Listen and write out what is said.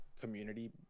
community